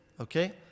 okay